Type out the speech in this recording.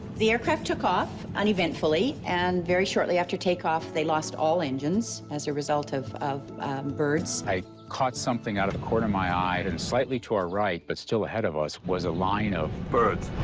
the aircraft took off uneventfully. and very shortly after takeoff they lost all engines as a result of of birds. i caught something out of the corner of my eye and slightly to our right, but still ahead of us was a line of birds.